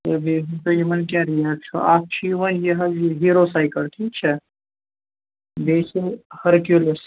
تہٕ بیٚیہِ ؤنۍتَو یِمَن کیٛاہ ریٹ چھُ اَکھ چھُ یِوان یہِ حظ یہِ ہیٖرو سایکَل ٹھیٖک چھا بیٚیہِ چھِ ہرکیوٗلَس